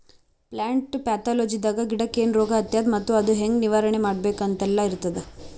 plant ಪ್ಯಾಥೊಲಜಿದಾಗ ಗಿಡಕ್ಕ್ ಏನ್ ರೋಗ್ ಹತ್ಯಾದ ಮತ್ತ್ ಅದು ಹೆಂಗ್ ನಿವಾರಣೆ ಮಾಡ್ಬೇಕ್ ಅಂತೆಲ್ಲಾ ಇರ್ತದ್